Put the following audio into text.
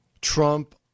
Trump